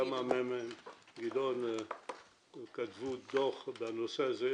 הממ"מ כתבו דוח בנושא הזה,